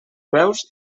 veus